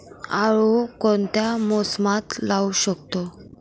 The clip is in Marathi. आळू कोणत्या मोसमात लावू शकतो?